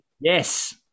Yes